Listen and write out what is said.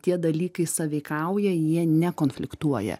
tie dalykai sąveikauja jie nekonfliktuoja